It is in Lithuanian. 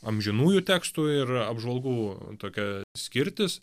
amžinųjų tekstų ir apžvalgų tokia skirtis